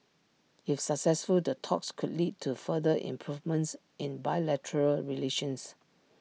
if successful the talks could lead to further improvements in bilateral relations